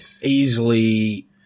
easily